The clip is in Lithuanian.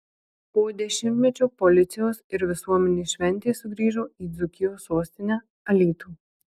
po dešimtmečio policijos ir visuomenės šventė sugrįžo į dzūkijos sostinę alytų